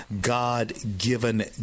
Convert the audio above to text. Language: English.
God-given